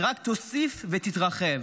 היא רק תוסיף ותתרחב.